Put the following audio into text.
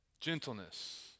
Gentleness